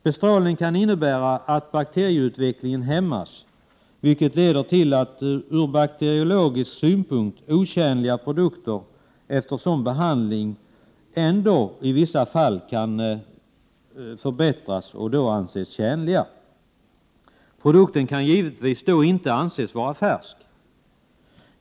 Bestrålning kan innebära att bakterieutvecklingen hämmas, vilket leder till att ur bakteriologisk synpunkt otjänliga produkter efter sådan behandling i vissa fall kan förbättras och anses tjänliga. Produkten kan då givetvis inte anses vara färsk.